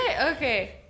okay